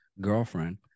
girlfriend